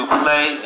play